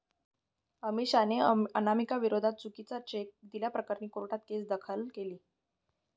अमिषाने अनामिकाविरोधात चुकीचा चेक दिल्याप्रकरणी कोर्टात केस दाखल केली